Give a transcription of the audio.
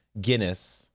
Guinness